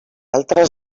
altres